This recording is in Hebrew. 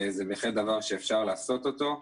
זה בהחלט דבר שאפשר לעשותו אותו.